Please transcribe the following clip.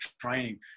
training